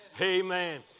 Amen